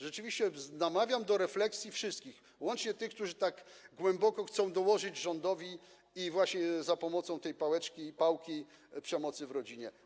Rzeczywiście namawiam do refleksji wszystkich, łącznie z tymi, którzy tak głęboko chcą dołożyć rządowi za pomocą tej pałeczki, pałki przemocy w rodzinie.